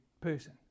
person